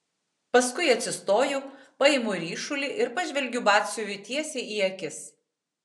paskui atsistoju paimu ryšulį ir pažvelgiu batsiuviui tiesiai į akis